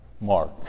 Mark